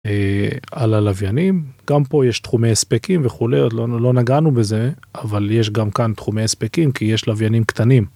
על הלוויינים גם פה יש תחומי הספקים וכולי לא נגענו בזה אבל יש גם כאן תחומי הספקים כי יש לוויינים קטנים.